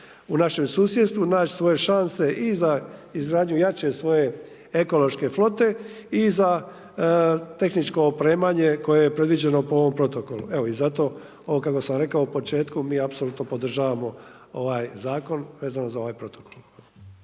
u našem susjedstvu naći svoje šanse i za izgradnje svoje ekološke flote i za tehničko opremanje koje je predviđeno po ovom protokolu. Evo i zato, ovo kako sam rekao u početku, mi apsolutno podržavamo ovaj zakon, vezno za ovaj protokol